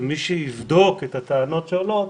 שמי שיבדוק את הטענות שעולות,